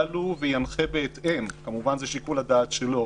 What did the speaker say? וינחה בהתאם כמובן, זה שיקול הדעת שלו